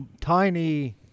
tiny